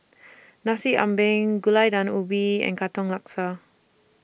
Nasi Ambeng Gulai Daun Ubi and Katong Laksa